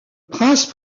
prince